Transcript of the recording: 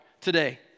today